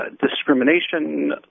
discrimination